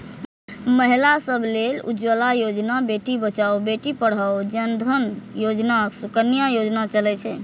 महिला सभ लेल उज्ज्वला योजना, बेटी बचाओ बेटी पढ़ाओ, जन धन योजना, सुकन्या योजना चलै छै